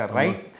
right